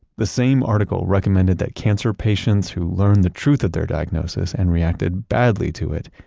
the same article recommended that cancer patients who learned the truth of their diagnosis and reacted badly to it,